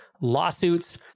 lawsuits